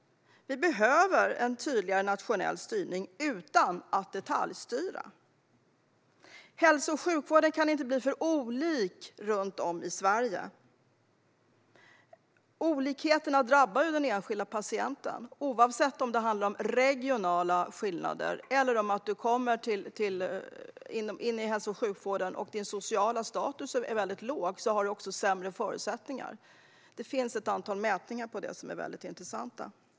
Vi behöver en tydligare nationell styrning utan att detaljstyra. Hälso och sjukvården får inte se för olika ut runt om i Sverige, för olikheten drabbar enskilda patienter, oavsett om det handlar om regionala skillnader eller social status. Att låg social status ger sämre förutsättningar finns det ett antal intressanta mätningar som visar på.